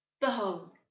Behold